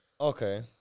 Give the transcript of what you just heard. Okay